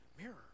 mirror